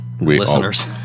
Listeners